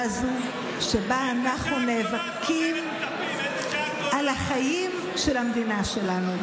הזו שבה אנו נאבקים על החיים של המדינה שלנו.